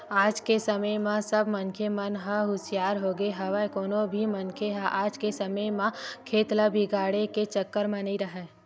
आज के समे म सब मनखे मन ह हुसियार होगे हवय कोनो भी मनखे ह आज के समे म खेत ल बिगाड़े के चक्कर म नइ राहय